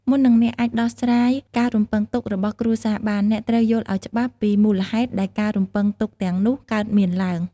មុននឹងអ្នកអាចដោះស្រាយការរំពឹងទុករបស់គ្រួសារបាន អ្នកត្រូវយល់ឱ្យច្បាស់ពីមូលហេតុដែលការរំពឹងទុកទាំងនោះកើតមានឡើង។